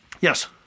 Yes